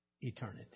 eternity